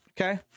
okay